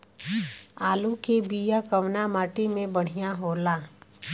आलू के बिया कवना माटी मे बढ़ियां होला?